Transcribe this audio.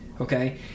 okay